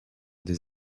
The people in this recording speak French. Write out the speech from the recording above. des